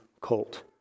colt